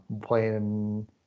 playing